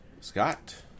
Scott